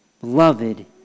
beloved